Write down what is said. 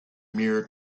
mirror